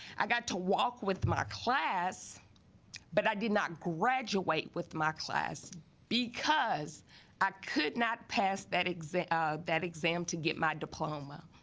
i got to walk with my class but i did not graduate with my class because i could not pass that exam ah that exam to get my diploma